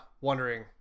wondering